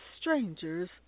strangers